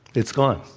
it's gone.